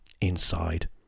inside